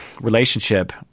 relationship